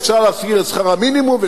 אפשר להזכיר את שכר המינימום,